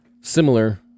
similar